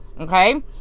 okay